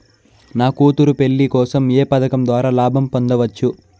నా కూతురు పెళ్లి కోసం ఏ పథకం ద్వారా లాభం పొందవచ్చు?